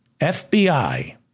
FBI